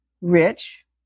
rich